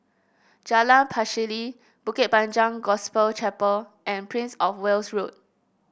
Jalan Pacheli Bukit Panjang Gospel Chapel and Prince Of Wales Road